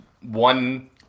one